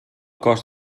cost